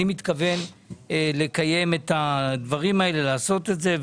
אני מתכוון לקיים את הדברים האלה, לעשות את זה.